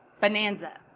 Bonanza